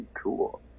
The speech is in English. cool